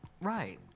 right